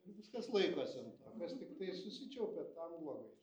ir viskas laikosi ant to o kas tiktai susičiaupia tam blogai